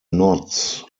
knots